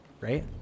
Right